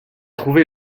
trouvé